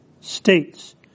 States